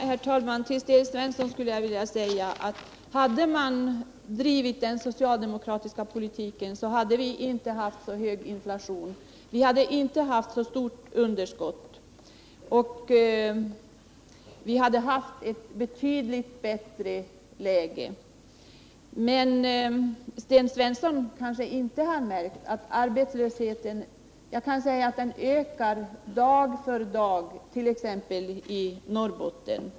Herr talman! Till Sten Svensson skulle jag vilja säga att om man hade drivit den socialdemokratiska politiken, så hade vi inte haft en så hög inflation. Vi hade inte haft så stort underskott, utan vi hade haft ett betydligt bättre läge. Sten Svensson kanske inte har märkt att arbetslösheten dag för dag ökar i t.ex. Norrbotten.